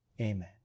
Amen